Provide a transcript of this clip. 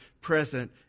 present